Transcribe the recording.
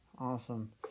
Awesome